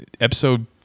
Episode